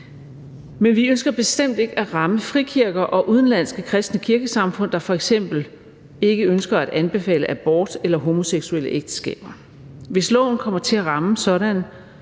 Men vi ønsker bestemt ikke at ramme frikirker og udenlandske kristne kirkesamfund, der f.eks. ikke ønsker at anbefale abort eller homoseksuelle ægteskaber. Hvis loven kommer til at ramme sådan,